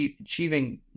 Achieving